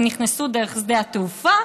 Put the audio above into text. הם נכנסו דרך שדה התעופה,